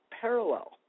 parallel